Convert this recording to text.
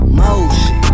motion